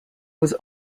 was